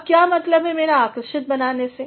अब क्या मतलब है मेरा आकर्षित से